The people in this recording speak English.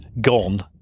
gone